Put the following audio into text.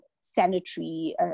sanitary